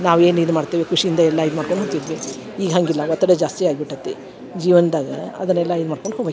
ನಾವು ಏನು ಇದು ಮಾಡ್ತೆವಿ ಖುಷಿಯಿಂದ ಎಲ್ಲ ಇದು ಮಾಡ್ಕೊಂಡು ಹೋಗ್ತಿದ್ವಿ ಈಗ ಹಾಗಿಲ್ಲ ಒತ್ತಡ ಜಾಸ್ತಿ ಆಗ್ಬಿಟೈತಿ ಜೀವನ್ದಾಗ ಅದನೆಲ್ಲ ಇದು ಮಾಡ್ಕೊಂಡು ಹೋಗ್ಬೇ